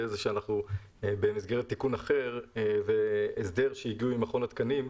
זה שבמסגרת תיקון אחר והסדר שהגיעו עם מכון התקנים,